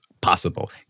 possible